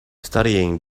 studying